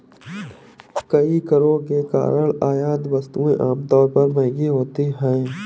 कई करों के कारण आयात वस्तुएं आमतौर पर महंगी होती हैं